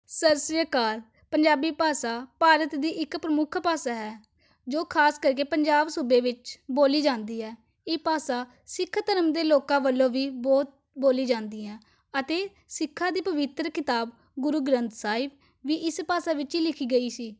ਸਤਿ ਸ਼੍ਰੀ ਅਕਾਲ ਪੰਜਾਬੀ ਭਾਸ਼ਾ ਭਾਰਤ ਦੀ ਇੱਕ ਪ੍ਰਮੁੱਖ ਭਾਸ਼ਾ ਹੈ ਜੋ ਖਾਸ ਕਰਕੇ ਪੰਜਾਬ ਸੂਬੇ ਵਿੱਚ ਬੋਲੀ ਜਾਂਦੀ ਹੈ ਇਹ ਭਾਸ਼ਾ ਸਿੱਖ ਧਰਮ ਦੇ ਲੋਕਾਂ ਵੱਲੋਂ ਵੀ ਬਹੁਤ ਬੋਲੀ ਜਾਂਦੀ ਹੈ ਅਤੇ ਸਿੱਖਾਂ ਦੀ ਪਵਿੱਤਰ ਕਿਤਾਬ ਗੁਰੂ ਗ੍ਰੰਥ ਸਾਹਿਬ ਵੀ ਇਸ ਭਾਸ਼ਾ ਵਿੱਚ ਹੀ ਲਿਖੀ ਗਈ ਸੀ